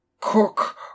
Cook